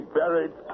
buried